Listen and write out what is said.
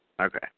Okay